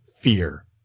fear